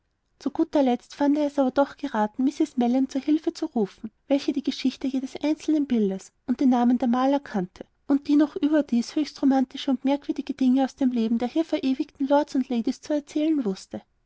zu guter letzt fand er es aber doch geraten mrs mellon zu hilfe zu rufen welche die geschichte jedes einzelnen bildes und die namen der maler kannte und die noch überdies höchst romantische und merkwürdige dinge aus dem leben der hier verewigten lords und ladies zu erzählen wußte